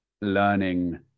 learning